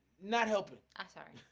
not helping i'm sorry.